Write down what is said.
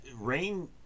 rain